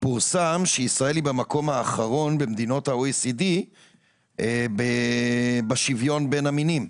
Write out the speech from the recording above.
פורסם שישראל היא במקום האחרון במדינות ה-OECD בשוויון בין המינים,